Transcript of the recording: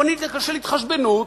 פוליטיקה של התחשבנות,